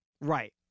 Right